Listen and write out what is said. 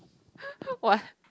what